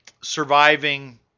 surviving